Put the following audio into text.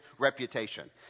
reputation